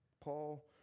Paul